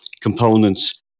components